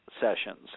sessions